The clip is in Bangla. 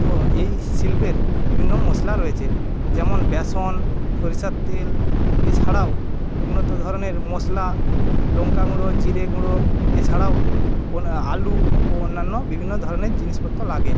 তো এই শিল্পের বিভিন্ন মশলা রয়েছে যেমন বেসন সড়িষার তেল এছাড়াও উন্নত ধরণের মশলা লঙ্কা গুঁড়ো জিরে গুঁড়ো এছাড়াও আলু ও অন্যান্য বিভিন্ন ধরণের জিনিসপত্র লাগে